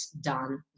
done